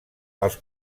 els